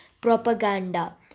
propaganda